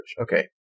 Okay